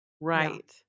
right